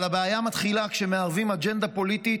אבל הבעיה מתחילה כשמערבים אג'נדה פוליטית